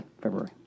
February